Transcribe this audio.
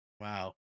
wow